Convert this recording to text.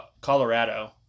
Colorado